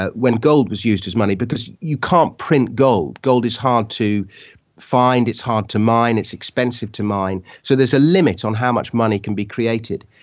ah when gold was used as money, because you can't print gold. gold is hard to find, it's hard to mine, it's expensive to mine. so there's a limit on how much money can be created.